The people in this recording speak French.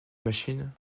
machine